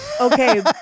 okay